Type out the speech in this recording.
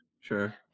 sure